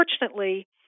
unfortunately